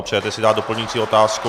Přejete si dát doplňující otázku.